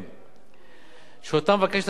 שאותה מבקשת הצעת החוק להשיג,